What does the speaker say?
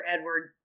Edward